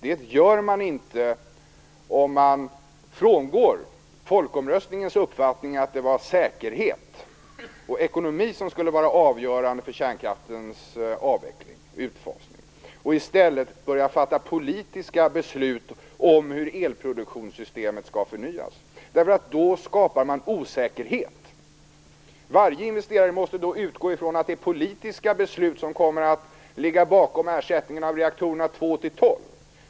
Det gör man inte om man frångår folkomröstningens uppfattning att det var säkerhet och ekonomi som skulle vara avgörande för kärnkraftens utfasning och i stället börjar fatta politiska beslut om hur elproduktionssystemet skall förnyas. Då skapar man osäkerhet. Varje investerare måste då utgå från att det är politiska beslut som kommer att ligga bakom ersättningen av reaktorerna 2-12.